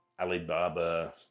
Alibaba